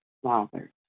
father